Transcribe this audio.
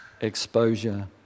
exposure